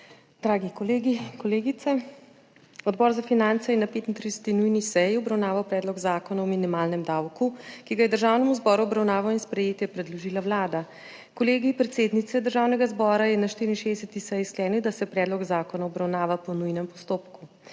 dragi kolegi, kolegice! Odbor za finance je na 35. nujni seji obravnaval Predlog zakona o minimalnem davku, ki ga je Državnemu zboru v obravnavo in sprejetje predložila Vlada. Kolegij predsednice Državnega zbora je na 64. seji sklenil, da se predlog zakona obravnava po nujnem postopku.